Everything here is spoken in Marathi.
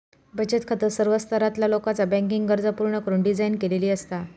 बचत खाता सर्व स्तरातला लोकाचा बँकिंग गरजा पूर्ण करुक डिझाइन केलेली असता